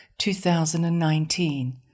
2019